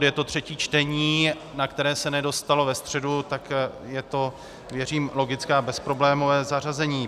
Je to třetí čtení, na které se nedostalo ve středu, tak je to, věřím, logické a bezproblémové zařazení.